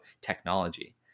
technology